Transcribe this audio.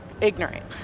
Ignorant